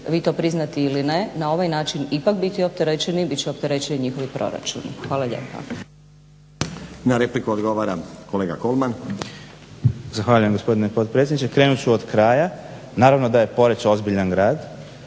vi to priznati ili ne, na ovaj način ipak biti opterećeni, bit će opterećeni njihovi proračuni. Hvala lijepa. **Stazić, Nenad (SDP)** Na repliku odgovara kolega Kolman. **Kolman, Igor (HNS)** Zahvaljujem gospodine potpredsjedniče. Krenut ću od kraja. Naravno da je Poreč ozbiljan grad,